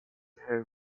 her